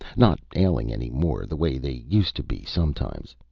not ailing any more, the way they used to be sometimes.